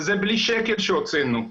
וזה בלי שקל שהוצאנו.